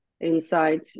inside